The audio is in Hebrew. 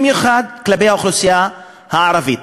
במיוחד כלפי האוכלוסייה הערבית,